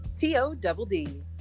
T-O-double-D